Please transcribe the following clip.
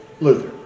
Luther